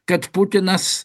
kad putinas